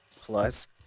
Plus